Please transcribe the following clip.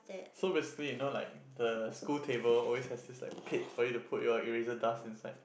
so basically you know like the school table always has uh this like pit for you to put your eraser dust inside